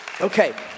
Okay